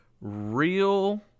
real